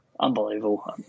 Unbelievable